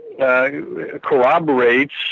corroborates